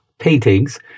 paintings